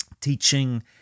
teaching